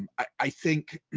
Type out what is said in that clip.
um i think